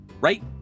right